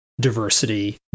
diversity